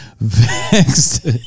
Vexed